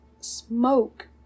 smoke